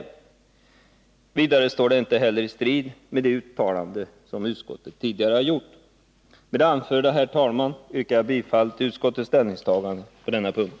Vidare står ställningstagandet inte heller i strid med de uttalanden som utskottet tidigare gjort. Med det anförda, herr talman, yrkar jag bifall till utskottets ställningstagande på denna punkt.